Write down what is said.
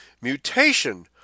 mutation